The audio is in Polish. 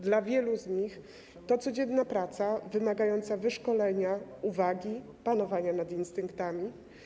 Dla wielu z nich to codzienna praca wymagająca wyszkolenia, uwagi, panowania nad instynktami.